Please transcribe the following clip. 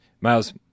Miles